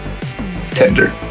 tender